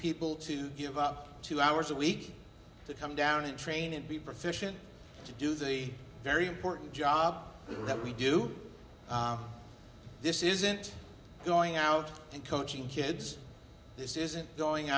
people to give up two hours a week to come down and train and be profession to do they very important job that we do this isn't going out and coaching kids this isn't going